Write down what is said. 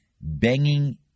banging